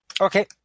Okay